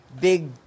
big